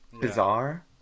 bizarre